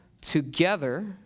together